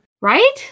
right